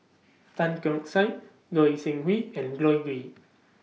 Tan Keong Saik Goi Seng Hui and Goei